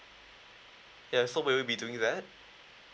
yes so will you be doing that